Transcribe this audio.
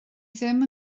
ddim